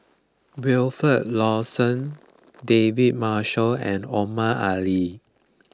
Wilfed Lawson David Marshall and Omar Ali